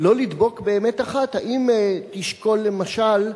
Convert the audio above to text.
לא לדבוק באמת אחת, האם תשקול, למשל,